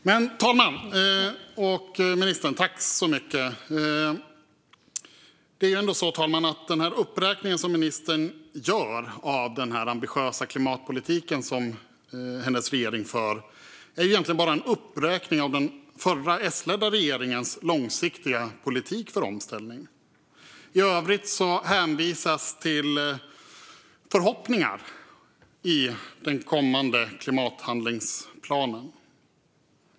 Fru talman och ministern! Den uppräkning som ministern gör av den ambitiösa klimatpolitik som hennes regering för är egentligen bara en uppräkning av den förra S-ledda regeringens långsiktiga politik för omställning. I övrigt hänvisas till förhoppningar i den kommande klimathandlingsplanen.